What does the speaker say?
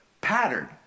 pattern